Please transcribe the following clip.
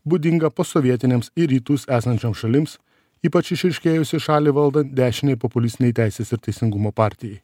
būdinga posovietinėms į rytus esančioms šalims ypač išryškėjusi šalį valdant dešinei populistinei teisės ir teisingumo partijai